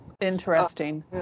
Interesting